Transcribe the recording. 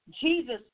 Jesus